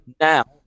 now